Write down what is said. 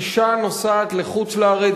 אשה נוסעת לחוץ-לארץ,